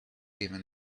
even